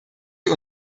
wir